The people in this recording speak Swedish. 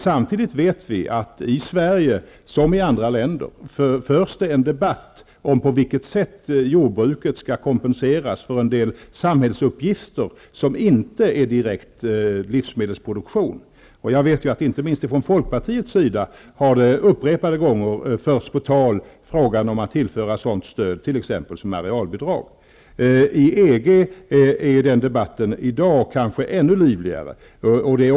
Samtidigt vet vi att det i Sverige, precis som i andra länder, förs en debatt om på vilket sätt jordbruket skall kompenseras för en del samhällsuppgifter som inte utgör direkt livsmedelsproduktion. Jag vet att inte minst från folk partiets sida vid upprepade tillfällen har förts på tal frågan om att tillföra sådant stöd, t.ex. som arealbidrag. Inom EG är den debatten i dag ännu livligare.